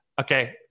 okay